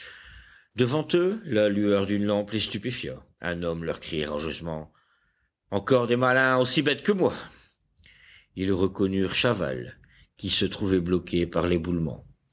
devant eux la lueur d'une lampe les stupéfia un homme leur criait rageusement encore des malins aussi bêtes que moi ils reconnurent chaval qui se trouvait bloqué par l'éboulement